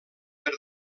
per